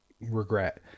regret